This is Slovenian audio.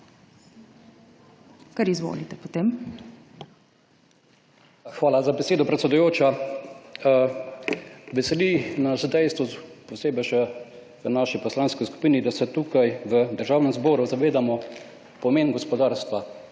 (PS SDS):** Hvala za besedo, predsedujoča. Veseli nas dejstvo, posebej še v naši poslanski skupini, da se tukaj v Državnem zboru zavedamo pomen gospodarstva,